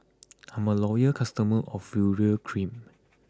I'm a loyal customer of Urea Cream